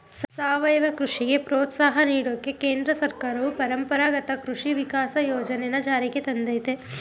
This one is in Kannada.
ಸಾವಯವ ಕೃಷಿಗೆ ಪ್ರೋತ್ಸಾಹ ನೀಡೋಕೆ ಕೇಂದ್ರ ಸರ್ಕಾರವು ಪರಂಪರಾಗತ ಕೃಷಿ ವಿಕಾಸ ಯೋಜನೆನ ಜಾರಿಗ್ ತಂದಯ್ತೆ